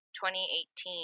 2018